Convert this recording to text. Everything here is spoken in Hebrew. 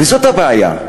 וזאת הבעיה.